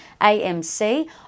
AMC